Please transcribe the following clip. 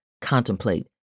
contemplate